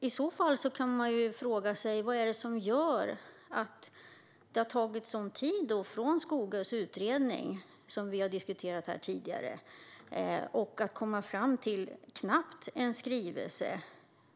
Man kan ju fråga sig vad det är som gör att det har tagit sådan tid från det att Skogös utredning, som vi har diskuterat här tidigare, blev klar till att man kom fram till - knappt - en skrivelse.